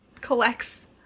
collects